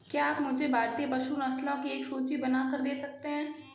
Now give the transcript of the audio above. क्या आप मुझे भारतीय पशु नस्लों की एक सूची बनाकर दे सकते हैं?